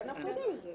ואנחנו יודעים את זה.